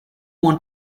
want